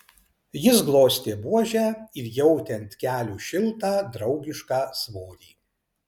jis glostė buožę ir jautė ant kelių šiltą draugišką svorį